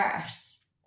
verse